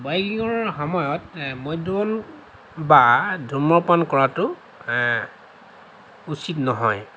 বাইকিঙৰ সময়ত মদ্যপান বা ধূমপান কৰাটো উচিত নহয়